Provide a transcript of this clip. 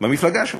במפלגה שלך.